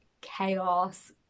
chaos